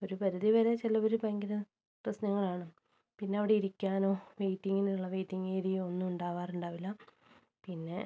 ഒരു പരിധി വരെ ചിലവര് ഭയങ്കര പ്രശ്നങ്ങൾ ആണ് പിന്നെ അവിടെ ഇരിക്കാനോ വെയ്റ്റിംഗിനുള്ള വെയിറ്റിംഗ് ഏരിയ ഒന്നും ഉണ്ടാകാറുണ്ടാകില്ല പിന്നെ